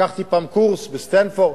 לקחתי פעם קורס בסטנפורד,